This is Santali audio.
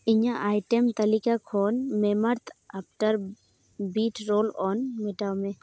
ᱤᱧᱟᱹᱜ ᱟᱭᱴᱮᱢ ᱛᱟᱹᱞᱤᱠᱟ ᱠᱷᱚᱱ ᱢᱮᱢᱟᱨᱛᱷ ᱟᱯᱷᱴᱟᱨ ᱵᱤᱴ ᱨᱳᱞ ᱚᱱ ᱢᱮᱴᱟᱣᱢᱮ